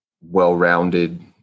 well-rounded